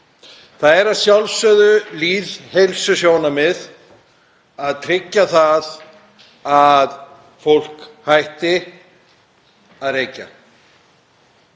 Það er að sjálfsögðu lýðheilsusjónarmið að tryggja að fólk hætti að reykja.